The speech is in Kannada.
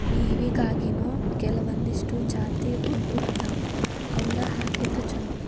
ಮೇವಿಗಾಗಿನೇ ಕೆಲವಂದಿಷ್ಟು ಜಾತಿಹುಲ್ಲ ಅದಾವ ಅವ್ನಾ ಹಾಕಿದ್ರ ಚಲೋ